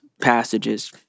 passages